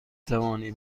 توانی